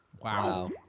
Wow